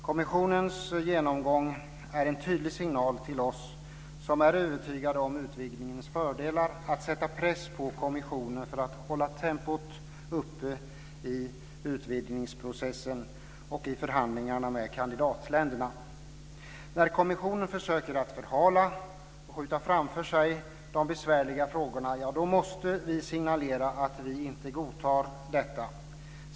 Kommissionens genomgång är en tydlig signal till oss som är övertygade om utvidgningens fördelar om att sätta press på kommissionen för att man ska hålla tempot uppe i utvidgningsprocessen och i förhandlingarna med kandidatländerna. När kommissionen försöker att förhala och skjuta framför sig de besvärliga frågorna, då måste vi signalera att vi inte godtar detta.